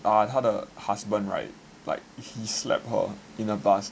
ah 他的 husband right like he slap her in the bus